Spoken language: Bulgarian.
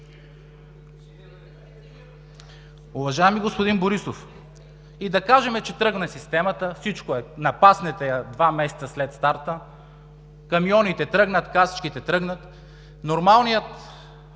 Уважаеми господин Борисов, да кажем, че тръгне системата, напаснете я два месеца след старта, камионите тръгнат, касичките тръгнат – нормалният